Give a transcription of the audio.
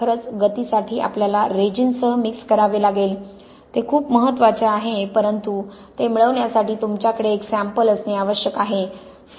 खरच गतीसाठी आपल्याला रेजिन सह मिक्स करावे लागेल ते खूप महत्वाचे आहे परंतु ते मिळवण्यासाठी तुमच्याकडे एक सॅम्पल असणे आवश्यक आहे